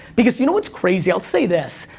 because you know what's crazy, i'll say this,